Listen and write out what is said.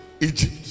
Egypt